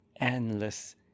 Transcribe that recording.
endless